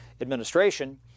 administration